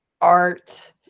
art